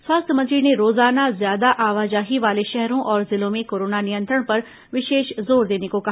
स्वास्थ्य मंत्री ने रोजाना ज्यादा आवाजाही वाले शहरों और जिलों में कोरोना नियंत्रण पर विशेष जोर देने को कहा